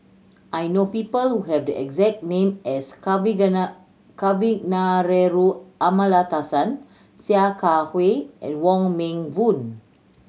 I know people who have the exact name as Kavignareru Amallathasan Sia Kah Hui and Wong Meng Voon